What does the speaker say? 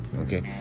Okay